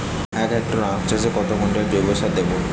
এক হেক্টরে আখ চাষে কত কুইন্টাল জৈবসার দেবো?